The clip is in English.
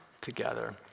together